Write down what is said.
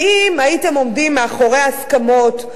כי אם הייתם עומדים מאחורי ההסכמות,